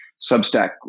Substack